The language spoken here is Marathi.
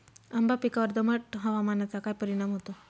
आंबा पिकावर दमट हवामानाचा काय परिणाम होतो?